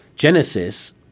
Genesis